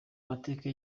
mateka